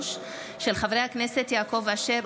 של חברי הכנסת יעקב אשר,